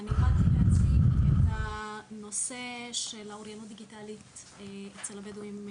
ואני התחלתי להציג את הנושא של האוריינות הדיגיטלית אצל הבדואים מהנגב,